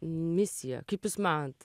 misiją kaip jūs manot